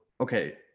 okay